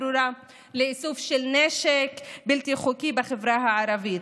ברורה לאיסוף של נשק בלתי חוקי בחברה הערבית.